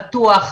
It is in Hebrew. בטוח,